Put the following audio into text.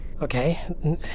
Okay